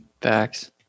Facts